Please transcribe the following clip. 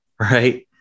right